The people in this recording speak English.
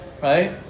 right